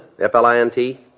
F-L-I-N-T